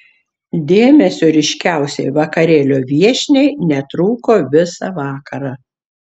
dėmesio ryškiausiai vakarėlio viešniai netrūko visą vakarą